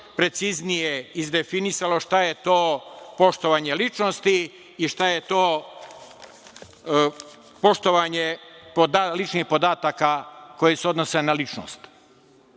preciznije izdefinisalo šta je to poštovanje ličnosti i šta je to poštovanje ličnih podataka koji se odnose na ličnost. Mi